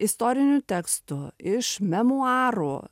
istorinių tekstų iš memuarų